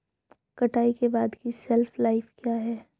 कटाई के बाद की शेल्फ लाइफ क्या है?